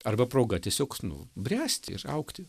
arba proga tiesiog nu bręsti ir augti